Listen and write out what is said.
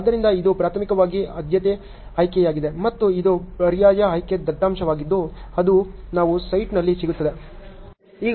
ಆದ್ದರಿಂದ ಇದು ಪ್ರಾಥಮಿಕವಾಗಿ ಆದ್ಯತೆಯ ಆಯ್ಕೆಯಾಗಿದೆ ಮತ್ತು ಇದು ಪರ್ಯಾಯ ಆಯ್ಕೆ ದತ್ತಾಂಶವಾಗಿದ್ದು ಅದು ನಾವು ಸೈಟ್ನಲ್ಲಿ ಸಿಗುತ್ತದೆ